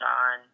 on